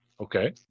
Okay